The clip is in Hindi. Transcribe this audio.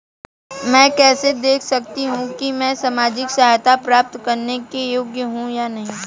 मैं कैसे देख सकती हूँ कि मैं सामाजिक सहायता प्राप्त करने के योग्य हूँ या नहीं?